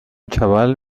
chaval